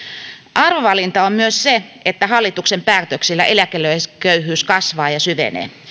arvovalinta on myös se että hallituksen päätöksillä eläkeläisköyhyys kasvaa ja syvenee